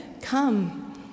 Come